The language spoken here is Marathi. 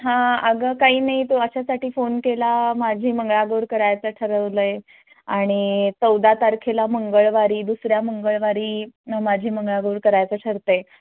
हां अगं काही नाही तो अशासाठी फोन केला माझी मंगळागौर करायचं ठरवलं आहे आणि चौदा तारखेला मंगळवारी दुसऱ्या मंगळवारी माझी मंगळागौर करायचं ठरतं आहे